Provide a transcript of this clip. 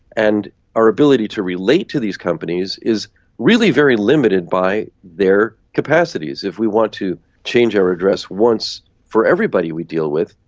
and our ability to relate to these companies is really very limited by their capacities. if we want to change our address once for everybody we deal with,